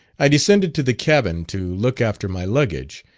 i descended to the cabin to look after my luggage,